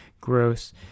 gross